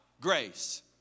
grace